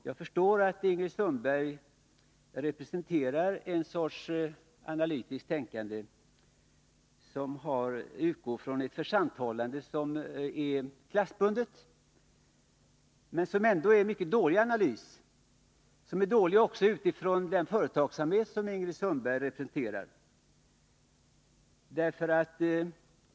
Jag förstår att Ingrid Sundberg representerar en sorts analytiskt tänkande som utgår från ett försanthållande som är klassbundet, men det är en mycket dålig analys, dålig också för den företagsamhet som Ingrid Sundberg representerar.